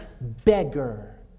beggar